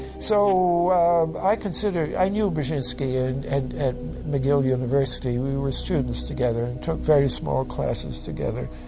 so i considered. i knew brzezinski and and at mcgill university. we were students together, took very small classes together.